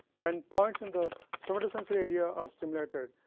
when points in the somatosensory area are stimulated,